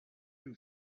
who